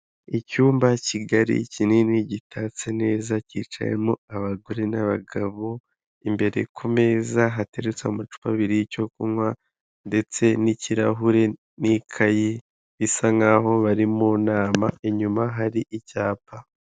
Icyumba kigari kinini gitatse neza kicayemo abagore n'abagabo, imbere ku meza hateretse amacu abiri y'icyo kunywa ndetse n'ikirahure n'ikayi, bisa nk'aho bari mu nama inyuma hari icyapa.